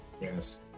Yes